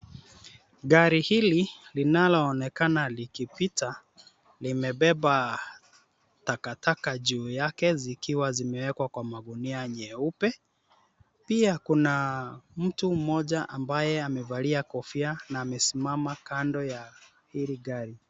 Gari hili linaloonekana likipita limebeba takataka juu yake zikiwa zimewekwa kwa magunia nyeupe, pia kuna mtu mmoja ambaye amevalia kofia na amesimama kando ya hili gari.